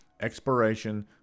Expiration